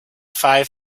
five